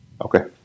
Okay